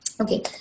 okay